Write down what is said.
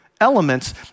elements